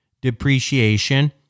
depreciation